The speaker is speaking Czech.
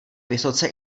vysoce